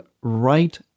right